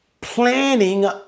planning